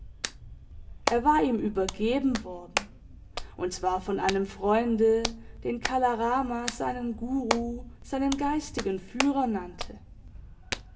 er war ihm übergeben worden und zwar von einem freunde den kala rama seinen guru seinen geistigen führer nannte